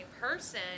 person